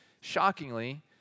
shockingly